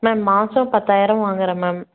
ma'am மாதம் பத்தாயிரம் வாங்குகிறேன் மேம்